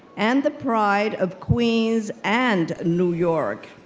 and the pride of queens and new york.